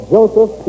Joseph